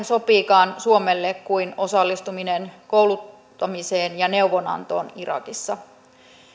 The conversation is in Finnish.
sopiikaan suomelle kuin osallistuminen kouluttamiseen ja neuvonantoon irakissa